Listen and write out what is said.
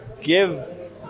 give